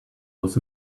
was